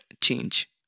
change